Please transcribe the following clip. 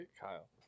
Kyle